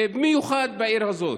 במיוחד בעיר הזאת.